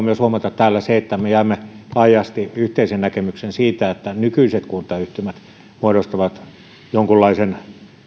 myös se että me jaamme laajasti yhteisen näkemyksen siitä että nykyiset kuntayhtymät muodostavat jonkunlaisen